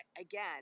again